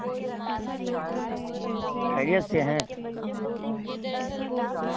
خیریت سے ہیں